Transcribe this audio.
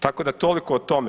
Tako da toliko o tome.